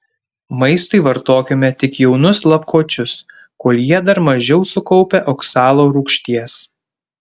maistui vartokime tik jaunus lapkočius kol jie dar mažiau sukaupę oksalo rūgšties